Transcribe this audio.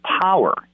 power